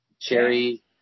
Cherry